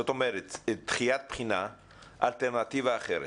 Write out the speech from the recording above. זאת אומרת דחיית בחינה אלטרנטיבה אחרת?